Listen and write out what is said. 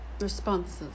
responses